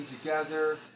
together